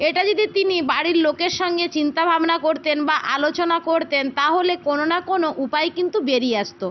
এটি যদি তিনি বাড়ির লোকের সঙ্গে চিন্তাভাবনা করতেন বা আলোচনা করতেন তাহলে কোনো না কোনো উপায় কিন্তু বেরিয়ে আসতো